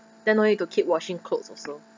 then no need to keep washing clothes also